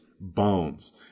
bones